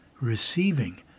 receiving